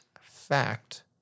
fact